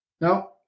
no